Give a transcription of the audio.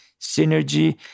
synergy